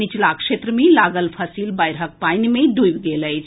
निचला क्षेत्र मे लागल फसिल बाढ़िक पानि मे डूबि गेल अछि